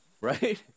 Right